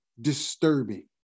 disturbing